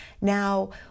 Now